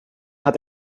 hat